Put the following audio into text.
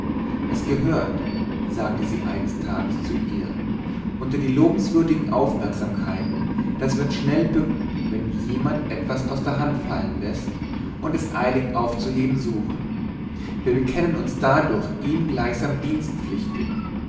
es gehört sagte sie eines tages zu ihr unter die lobenswürdigen aufmerksamkeiten daß wir uns schnell bücken wenn jemand etwas aus der hand fallen läßt und es eilig aufzuheben suchen wir bekennen uns dadurch ihm gleichsam